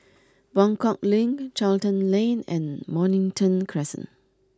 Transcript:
Buangkok Link Charlton Lane and Mornington Crescent